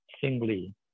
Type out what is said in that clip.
singly